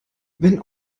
wenn